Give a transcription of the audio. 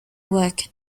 work